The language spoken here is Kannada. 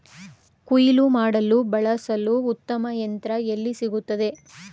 ಕುಯ್ಲು ಮಾಡಲು ಬಳಸಲು ಉತ್ತಮ ಯಂತ್ರ ಎಲ್ಲಿ ಸಿಗುತ್ತದೆ?